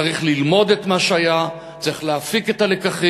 צריך ללמוד את מה שהיה, צריך להפיק את הלקחים,